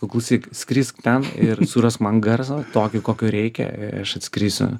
klausyk skrisk ten ir surask man garsą tokį kokio reikia aš atskrisiu